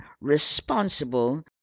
responsible